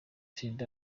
perezida